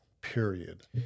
period